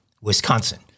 Wisconsin